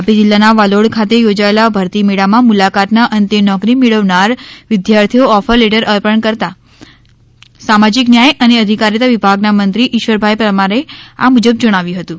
તાપી જિલ્લાના વાલોડ ખાતે યોજાયેલા ભરતી મેળામાં મુલાકાતના અંતે નોકરી મેળવાનાર વિદ્યાર્થીઓ ઓફર લેટર અર્પણ કરતા સામાજીક ન્યાય અને અધિકારીતા વિભાગના મંત્રી ઇશ્વરભાઇ પરમારે આ મુજબ જણાવ્યુ હતુ